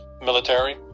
military